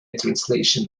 translation